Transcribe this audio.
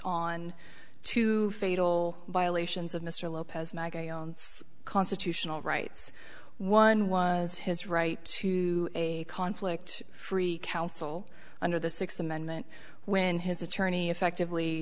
on two fatal violations of mr lopez maggy constitutional rights one was his right to a conflict free counsel under the sixth amendment when his attorney effectively